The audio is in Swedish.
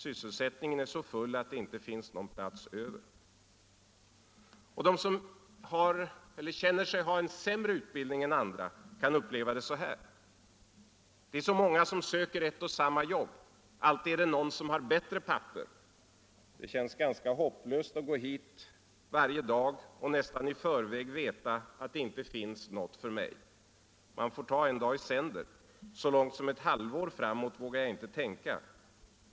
Sysselsättningen är så full att det inte finns någon plats över.” Och de som har eller känner sig ha en sämre utbildning än andra kan uppleva det så här: ”Det är många som söker ett och samma jobb. Alltid är det någon som har bättre papper. Det känns ganska hopplöst att gå hit varje dag och nästan i förväg veta att det inte finns något för mig. Man får ta en dag i sänder. Så långt som ett halvår framåt vågar jag inte tänka.